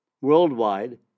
worldwide